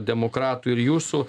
demokratų ir jūsų